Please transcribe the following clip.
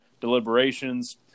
Deliberations